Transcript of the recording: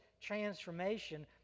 transformation